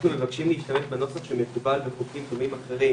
אנחנו מבקשים שיהיה כנוסח שמקובל בחוקים דומים אחרים,